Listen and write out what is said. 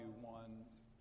ones